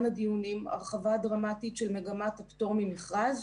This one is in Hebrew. הדיונים הרחבה דרמטית של מגמת הפטור ממכרז,